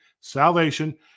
salvation